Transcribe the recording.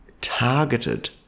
targeted